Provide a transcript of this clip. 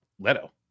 leto